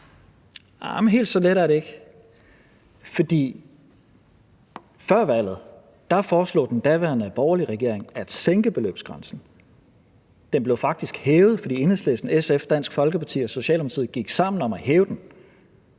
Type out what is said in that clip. Helt så let er det ikke, for før valget foreslog den daværende, borgerlige regering at sænke beløbsgrænsen, men den blev faktisk hævet, fordi Enhedslisten, SF, Dansk Folkeparti og Socialdemokratiet gik sammen om at hæve den,